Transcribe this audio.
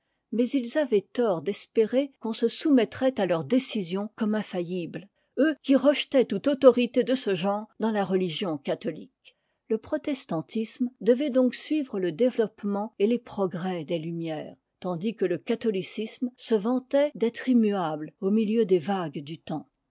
mais ils avaient tort d'espérer qu'on se soumettrait à leurs décisions comme infaillibles eux qui rejetaient toute autorité de ce genre dans la religion catholique le protestantisme devait donc suivre le développement et les progrès des lumières tandis que le catholicisme se vantait d'être immuable au milieu des vagues du temps